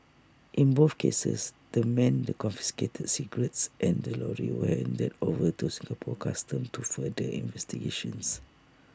in both cases the men the confiscated cigarettes and the lorries were handed over to Singapore Customs to further investigations